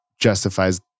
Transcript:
justifies